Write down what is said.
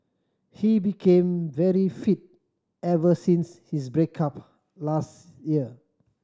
he became very fit ever since his break up last year